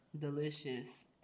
delicious